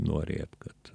norėt kad